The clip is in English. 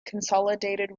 consolidated